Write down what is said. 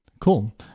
cool